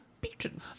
beaten